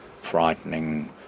frightening